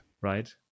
right